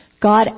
God